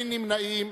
אין נמנעים.